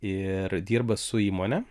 ir dirba su įmone